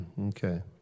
Okay